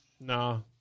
No